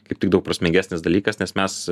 kaip tik daug prasmingesnis dalykas nes mes